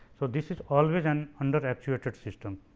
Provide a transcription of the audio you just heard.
so, this is always an under actuated system,